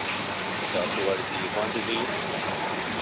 अच्छा आपको गाड़ी चाहिए कौन सी चाहिए